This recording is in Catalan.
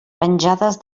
penjades